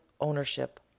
ownership